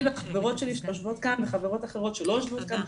אני והחברות שלי שיושבות כאן וחברות אחרות שלא יושבות כאן,